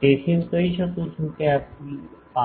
તેથી હું કહી શકું છું કે આ Piθφ